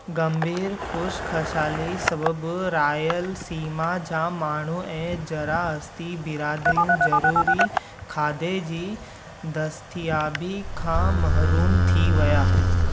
गंभीरु खु़श्कसाली सबबु रायलसीमा जा माण्हू ऐं ज़राअस्ती बिरादरियूं ज़रूरी खाधे जी दसतियाबी खां महिरूम थी विया